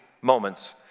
moments